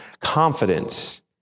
confidence